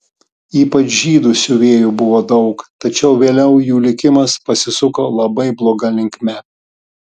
ypač žydų siuvėjų buvo daug tačiau vėliau jų likimas pasisuko labai bloga linkme